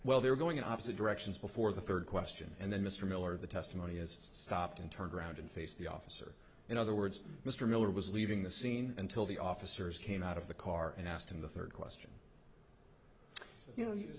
well they were going in opposite directions before the third question and then mr miller the testimony is stopped and turned around and face the officer in other words mr miller was leaving the scene until the officers came out of the car and asked him the third question you know you